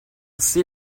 sait